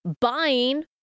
buying